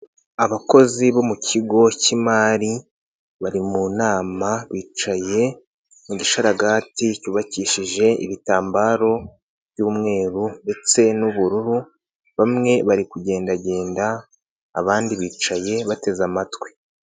Abakozi bo mu kigo cy'imari bari mu nama bicaye mu gishararagati cyubakishije ibitambaro by'umweru ndetse n'ubururu, bamwe bari kugendagenda abandi bicaye bateze amatwi.